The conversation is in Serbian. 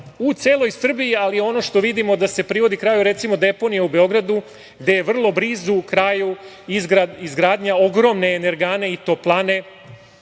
u celoj Srbiji. Ono što vidimo da se privodi kraju je recimo deponija u Beogradu, gde je vrlo blizu kraju izgradnja ogromne energane i toplane